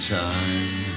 time